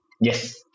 Yes